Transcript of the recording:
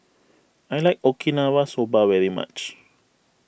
I like Okinawa Soba very much